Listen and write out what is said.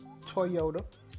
Toyota